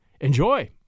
Enjoy